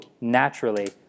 Naturally